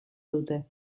dute